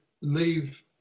leave